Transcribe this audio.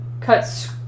cut